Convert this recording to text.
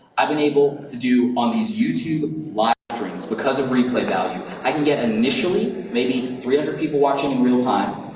i've been able to do on these youtube live streams because of replay value. i can get initially maybe three hundred people watching in real time.